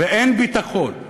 ואין ביטחון,